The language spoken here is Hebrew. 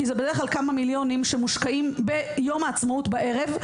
כי זה בדרך כלל כמה מיליונים שמושקעים ביום העצמאות בערב,